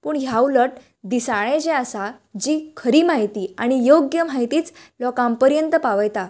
पूण ह्या उलट दिसाळे जे आसा जी खरी म्हायती आनी योग्य म्हायतीच लोकां पर्यंत पावयता